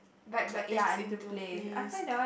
back the things into place